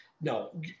no